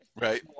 right